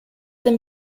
them